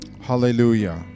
Hallelujah